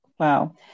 Wow